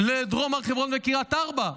לדרום הר חברון וקריית ארבע.